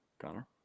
Connor